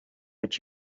what